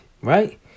right